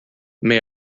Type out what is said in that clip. may